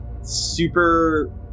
super